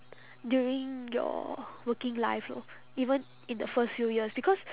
during your working life lor even in the first few years because